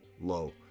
low